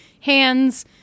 hands